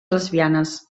lesbianes